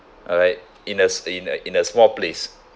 alright in a s~ in a in a small place